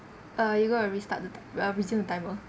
uh) you gonna restart resume the timer